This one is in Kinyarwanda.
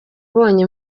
ubonye